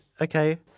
Okay